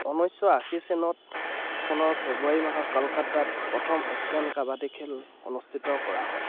ঊনৈছশ আশী চেনত চনৰ ফেব্ৰুৱাৰী মাহক কলকাতাত প্ৰথম এছিয়ান কাবাডী খেল অনুষ্ঠিত কৰা হয়